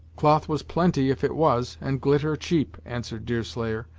cloth was plenty if it was, and glitter cheap, answered deerslayer,